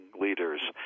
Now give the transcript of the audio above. leaders